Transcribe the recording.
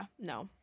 No